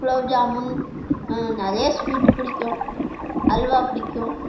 குலோப்ஜாமுன் நிறையா ஸ்வீட்டு பிடிக்கும் அல்வா பிடிக்கும்